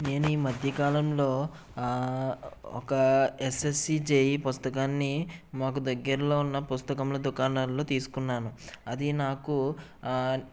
నేనే ఈ మధ్య కాలంలో ఒక ఎసెఎస్సి జేఈ పుస్తకాన్ని మాకు దగ్గరలో ఉన్న పుస్తకముల దుకాణాల్లో తీసుకున్నాను అది నాకు